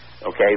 Okay